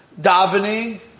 Davening